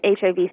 HIV